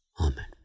Amen